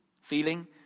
Feeling